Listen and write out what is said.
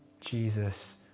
Jesus